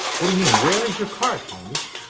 what do you mean? where is your car, candace?